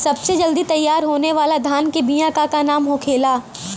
सबसे जल्दी तैयार होने वाला धान के बिया का का नाम होखेला?